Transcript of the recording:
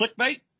clickbait